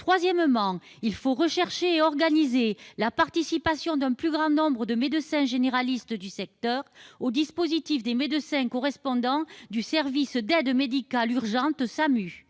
Troisièmement, il faut chercher et organiser la participation d'un plus grand nombre de médecins généralistes du secteur au dispositif des médecins correspondants du service d'aide médicale urgente, le SAMU.